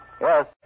Yes